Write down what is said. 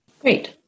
Great